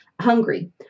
hungry